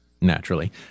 naturally